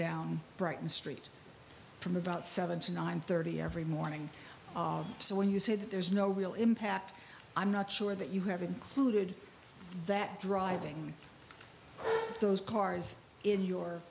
down brighton street from about seven to nine thirty every morning so when you say that there's no real impact i'm not sure that you have included that driving those cars in your